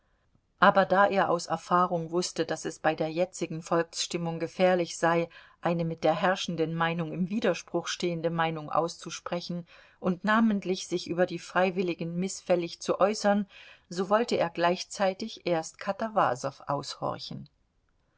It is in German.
aber da er aus erfahrung wußte daß es bei der jetzigen volksstimmung gefährlich sei eine mit der herrschenden meinung im widerspruch stehende meinung auszusprechen und namentlich sich über die freiwilligen mißfällig zu äußern so wollte er gleichzeitig erst katawasow aushorchen